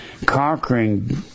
conquering